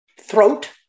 throat